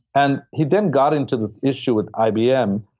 and he then got into this issue with ibm,